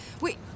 Wait